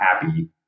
happy